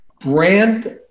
brand